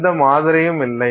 எந்த மாதிரியும் இல்லை